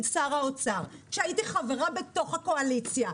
שר האוצר שהייתי חברה בתוך הקואליציה,